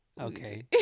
Okay